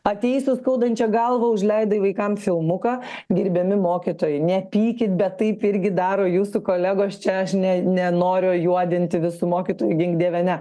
ateisiu skaudančia galva užleidai vaikams filmuką gerbiami mokytojai nepykit bet taip irgi daro jūsų kolegos čia aš ne nenoriu juodinti visų mokytojų gink dieve ne